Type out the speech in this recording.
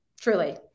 truly